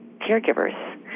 caregivers